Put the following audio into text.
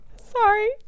Sorry